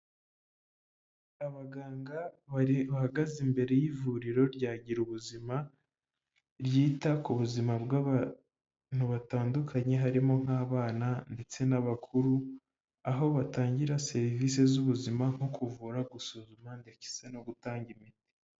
Abaganga bahagaze imbere y'ivuriro rya Girubuzima, ryita ku buzima bw'abantu batandukanye, harimo nk'abana, ndetse n'abakuru, aho batangira serivisi z'ubuzima nko kuvura, gusuzuma, ndetse no gutanga imiti.